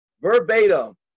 Verbatim